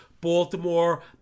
Baltimore